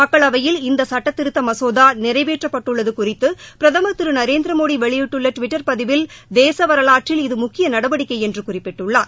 மக்களவையில் இந்த சுட்டத்திருத்த மசோதா நிறைவேற்றப்பட்டுள்ளது குறித்து பிரதமர் திரு நரேந்திர மோடி வெளியிட்டுள்ள டுவிட்டர் பதிவில் தேச வரலாற்றில் இது முக்கிய நடவடிக்கை என்று குறிப்பிட்டுள்ளார்